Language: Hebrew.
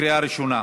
בקריאה ראשונה.